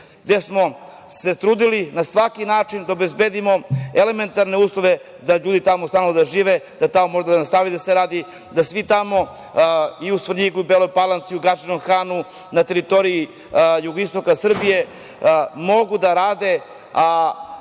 gde smo se trudili na svaki način da obezbedimo elementarne uslove da ljudi tamo ostanu da žive, da tamo može da se nastavi da se radi, da svi tamo, i u Svrljigu i Beloj Palanci, u Gadžinom Hanu, na teritoriji jugoistoka Srbija mogu da